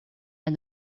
and